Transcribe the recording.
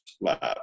Lab